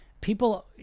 people